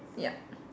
yup